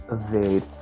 evade